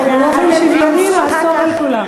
שר הכלכלה, אנחנו באופן שוויוני נאסור על כולם.